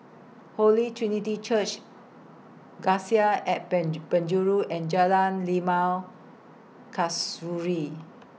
Holy Trinity Church Cassia At Penjuru and Jalan Limau Kasturi